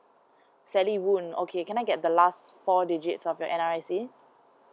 sally woon okay can I get the last four digits of your N_R_I_C